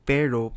Pero